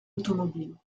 automobiles